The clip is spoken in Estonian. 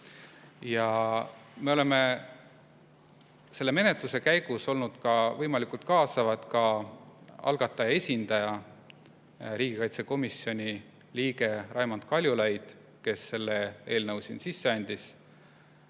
Me oleme selle menetluse käigus olnud ka võimalikult kaasavad. Ka algataja esindaja, riigikaitsekomisjoni liige Raimond Kaljulaid, kes selle eelnõu sisse andis,